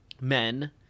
men